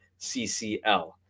CCL